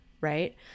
right